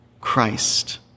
Christ